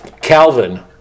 Calvin